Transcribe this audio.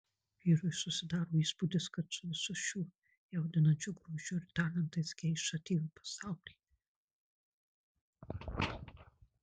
vyrui susidaro įspūdis kad su visu šiuo jaudinančiu grožiu ir talentais geiša atėjo į pasaulį